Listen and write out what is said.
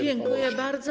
Dziękuję bardzo.